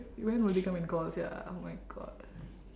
when will they come and call sia oh my god